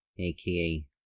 aka